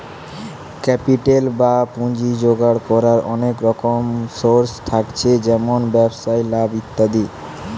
capital বা পুঁজি জোগাড় কোরার অনেক রকম সোর্স থাকছে যেমন ব্যবসায় লাভ ইত্যাদি